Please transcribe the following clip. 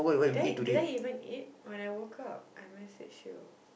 did I did I even eat when I woke up I message you